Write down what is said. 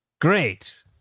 great